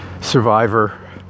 Survivor